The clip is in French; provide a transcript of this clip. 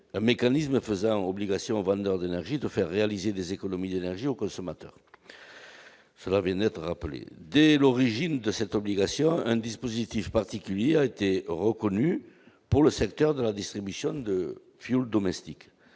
un mécanisme faisant obligation aux vendeurs d'énergies de faire réaliser des économies d'énergies aux consommateurs. Dès l'origine de cette obligation, un dispositif particulier a été reconnu pour le secteur de la distribution du fioul domestique.